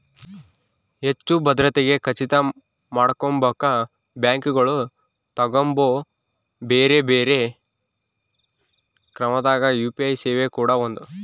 ಹೆಚ್ಚು ಭದ್ರತೆಗೆ ಖಚಿತ ಮಾಡಕೊಂಬಕ ಬ್ಯಾಂಕುಗಳು ತಗಂಬೊ ಬ್ಯೆರೆ ಬ್ಯೆರೆ ಕ್ರಮದಾಗ ಯು.ಪಿ.ಐ ಸೇವೆ ಕೂಡ ಒಂದು